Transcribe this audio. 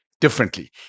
differently